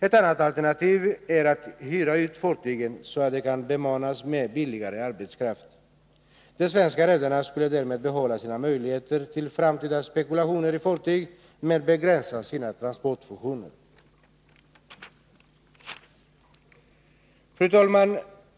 Ett annat alternativ är att hyra ut fartygen, så att de kan bemannas med billigare arbetskraft. De svenska redarna skulle därmed behålla sina möjligheter till framtida spekulationer i fartyg, men begränsa sina transportfunktioner. Fru talman!